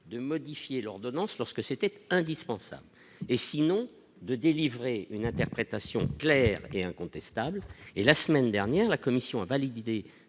de modifier l'ordonnance lorsque c'était indispensable et sinon de délivrer une interprétation claire et incontestable, et la semaine dernière, la Commission a validé